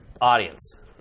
audience